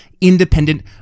independent